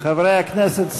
חברי הכנסת,